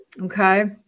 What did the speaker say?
Okay